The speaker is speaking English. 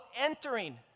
entering